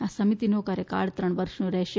આ સમિતિનો કાર્યકાળ ત્રણ વર્ષનો રહેશે